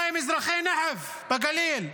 מה עם אזרחי נחף בגליל,